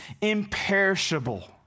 imperishable